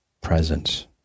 presence